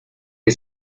que